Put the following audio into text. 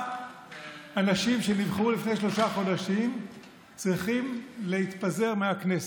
למה אנשים שנבחרו לפני שלושה חודשים צריכים להתפזר מהכנסת.